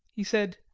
he said,